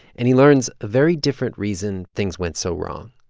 and he learns a very different reason things went so wrong